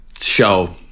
show